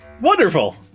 Wonderful